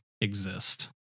exist